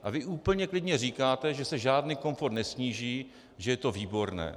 A vy úplně klidně říkáte, že se žádný komfort nesníží, že je to výborné.